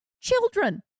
children